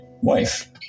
wife